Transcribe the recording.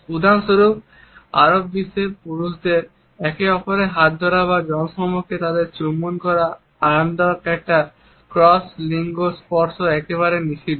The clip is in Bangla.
উদাহরণস্বরূপ আরব বিশ্বে পুরুষদের একে অপরের হাত ধরা বা জনসমক্ষে তাদের চুম্বন করা আরামদায়ক একটি ক্রস লিঙ্গ স্পর্শ একেবারে নিষিদ্ধ